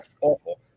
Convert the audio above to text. awful